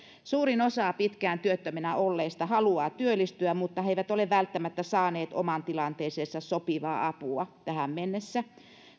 suurin osa pitkään työttömänä olleista haluaa työllistyä mutta he eivät ole välttämättä saaneet omaan tilanteeseensa sopivaa apua tähän mennessä